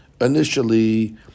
initially